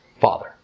father